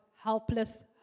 helpless